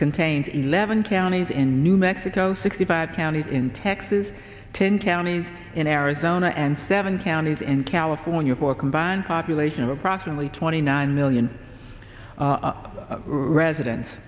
contain eleven counties in new mexico sixty five counties in texas ten counties in arizona and seven counties in california for a combined population of approximately twenty nine million residents